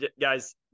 guys